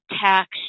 tax